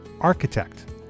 architect